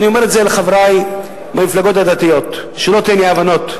ואני אומר את זה לחברי מהמפלגות הדתיות: שלא תהיינה אי-הבנות.